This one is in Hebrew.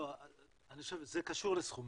לא, אני חושב שזה קשור לסכומים.